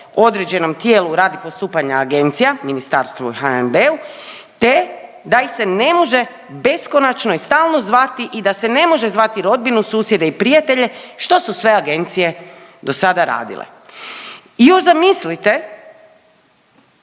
određenom tijelu radi postupanja agencija, ministarstvu i HNB-u, te da ih se ne može beskonačno i stalno zvati i da se ne može zvati rodbinu, susjede i prijatelje, što su sve agencije dosada radile. I još zamislite,